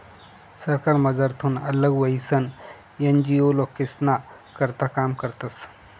सरकारमझारथून आल्लग व्हयीसन एन.जी.ओ लोकेस्ना करता काम करतस